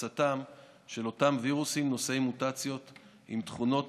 הפצתם של אותם וירוסים נושאי מוטציות עם תכונות